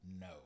no